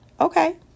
Okay